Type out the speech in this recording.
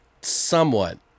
Somewhat